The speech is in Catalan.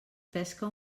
pesca